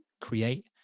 create